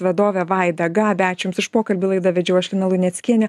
vadovę vaidą gabę ačiū jums už pokalbį laidą vedžiau aš lina luneckienė